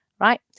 right